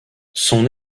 son